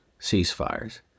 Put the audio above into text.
ceasefires